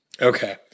Okay